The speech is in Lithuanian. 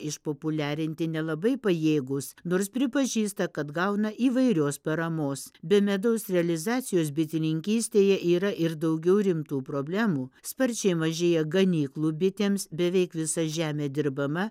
išpopuliarinti nelabai pajėgūs nors pripažįsta kad gauna įvairios paramos be medaus realizacijos bitininkystėje yra ir daugiau rimtų problemų sparčiai mažėja ganyklų bitėms beveik visa žemė dirbama